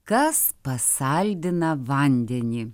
kas pasaldina vandenį